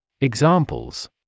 Examples